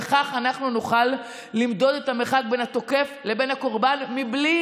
כך אנחנו נוכל למדוד את המרחק בין התוקף לבין הקורבן בלי